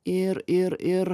ir ir ir